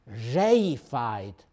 reified